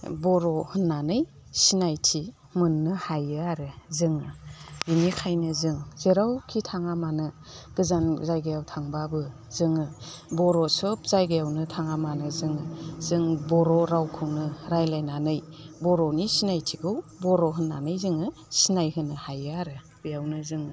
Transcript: बर' होननानै सिनायथि मोननो हायो आरो जोङो बिनिखायनो जों जेरावखि थाङा मानो गोजान जायगायाव थांब्लाबो जोङो बर' सोब जायगायावनो थाङा मानो जोङो जों बर' रावखौनो रायज्लायनानै बर'नि सिनायथिखौ बर' होननानै जोङो सिनायहोनो हायो आरो बेयावनो जों